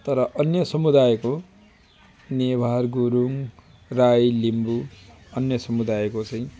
तर अन्य समुदायको नेवार गुरुङ राई लिम्बू अन्य समुदायको चाहिँ